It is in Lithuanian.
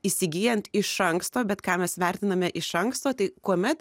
įsigyjant iš anksto bet ką mes vertiname iš anksto tai kuomet